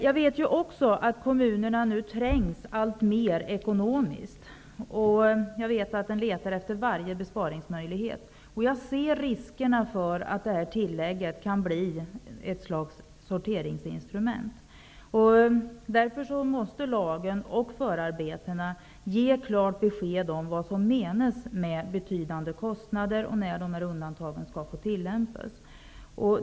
Jag vet också att kommunerna blir alltmer trängda ekonomiskt och att de letar efter varje besparingsmöjlighet. Jag ser riskerna för att det här tillägget kan bli ett slags sorteringsinstrument. Därför måste lagen och förarbetena ge klart besked om vad som menas med betydande kostnader och när dessa undantag skall få tillämpas.